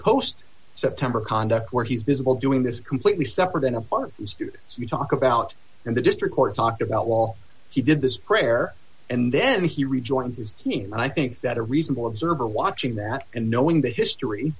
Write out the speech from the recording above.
post september conduct where he's bizzle doing this completely separate and apart from students you talk about in the district court talked about while he did this prayer and then he rejoined his team and i think that a reasonable observer watching that and knowing the history